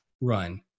run